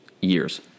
years